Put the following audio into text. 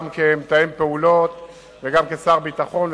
גם כמתאם הפעולות וגם כשר ביטחון,